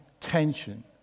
tension